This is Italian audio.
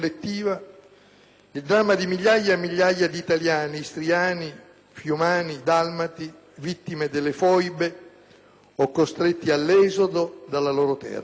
il dramma di migliaia e migliaia di italiani istriani, fiumani e dalmati vittime delle foibe o costretti all'esodo dalla loro terra.